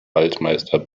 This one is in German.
waldmeister